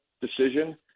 decision